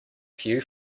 few